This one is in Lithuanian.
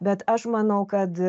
bet aš manau kad